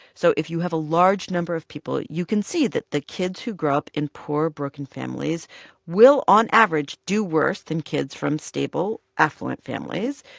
so if you have a large number of people, you can see that the kids who grow up in poor, broken families will, on average, do worse than kids from stable, affluent families.